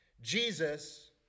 Jesus